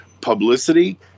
publicity